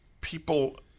people